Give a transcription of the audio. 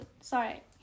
Sorry